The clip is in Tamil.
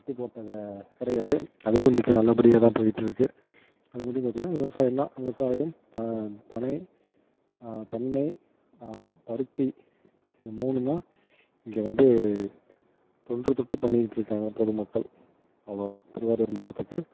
கட்டிப் போட்டத சர்க்கரை ஆலை அதுவும் இன்றைக்கி நல்லபடியாக தான் போயிட்டு இருக்குது அதுக்கு முன்னாடி பார்த்திங்கன்னா விவசாயம் தான் விவசாயம் ப பனை தென்னை பருத்தி இது மூணும் தான் இங்கே வந்து தொன்றுதொட்டு பண்ணிக்கிட்டு இருக்காங்க பொதுமக்கள் அவ்வளோதான் திருவாரூர் மாவட்டத்துக்கு